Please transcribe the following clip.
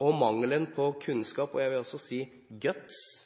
Mangelen på kunnskap og – vil jeg også si